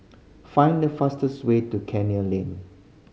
find the fastest way to Canning Ling